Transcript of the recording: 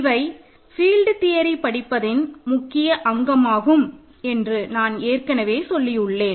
இவை field theory படிப்பதின் முக்கிய அங்கமாகும் என்று நான் ஏற்கனவே சொல்லி உள்ளேன்